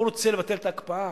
הוא רוצה לבטל את ההקפאה?